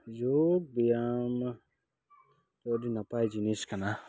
ᱭᱳᱜᱽ ᱵᱮᱭᱟᱢ ᱫᱚ ᱟᱹᱰᱤ ᱱᱟᱯᱟᱭ ᱡᱤᱱᱤᱥ ᱠᱟᱱᱟ